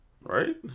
Right